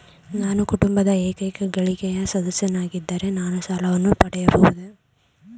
ನಾನು ಕುಟುಂಬದ ಏಕೈಕ ಗಳಿಕೆಯ ಸದಸ್ಯನಾಗಿದ್ದರೆ ನಾನು ಸಾಲವನ್ನು ಪಡೆಯಬಹುದೇ?